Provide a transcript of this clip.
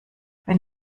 wenn